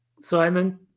Simon